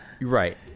Right